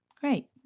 Great